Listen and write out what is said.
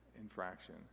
infraction